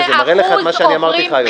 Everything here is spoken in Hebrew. זה מראה לך את מה שאני אמרתי לך היום.